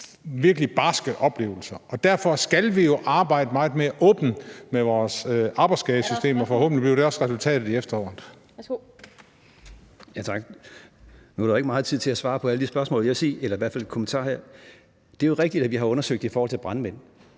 virkelig barske oplevelser, og derfor skal vi jo arbejde meget mere åbent med vores arbejdsskadesystem, og forhåbentlig bliver det også resultatet i efteråret.